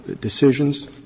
decisions